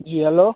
जी hello